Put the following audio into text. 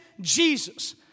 Jesus